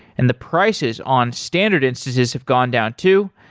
and the prices on standard instances have gone down too.